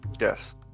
Yes